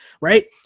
Right